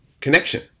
connection